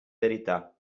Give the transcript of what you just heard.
verità